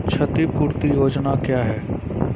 क्षतिपूरती योजना क्या हैं?